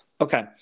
Okay